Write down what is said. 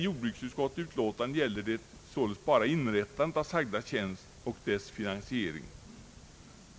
Jordbruksutskottets utlåtande rör närmast inrättandet av sagda tjänst och dess finansiering.